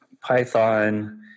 Python